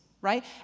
right